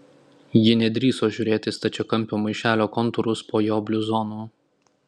ji nedrįso žiūrėti į stačiakampio maišelio kontūrus po jo bluzonu